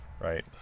Right